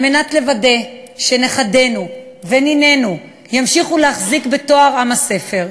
על מנת לוודא שנכדינו ונינינו ימשיכו להחזיק בתואר "עם הספר",